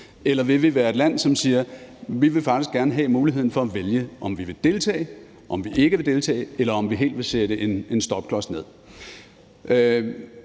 eller vil vi være et land, som siger, at vi faktisk gerne vil have muligheden for at vælge, om vi vil deltage, om vi ikke vil deltage, eller om vi helt vil sætte en stopklods ned?